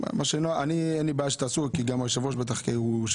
אם אתה רוצה לחוד.